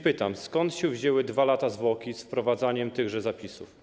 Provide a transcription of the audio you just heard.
Pytam więc: Skąd się wzięły 2 lata zwłoki z wprowadzaniem tych zapisów?